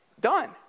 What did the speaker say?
Done